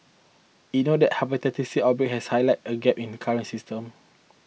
it noted how be that the Hepatitis C outbreak has highlighted a gap in the current system